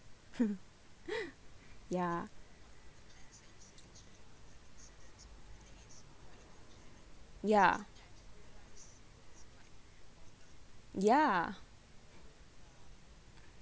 ya ya ya